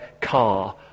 car